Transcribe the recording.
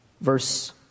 verse